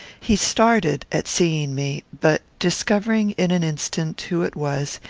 he started at seeing me but, discovering in an instant who it was,